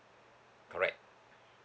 correct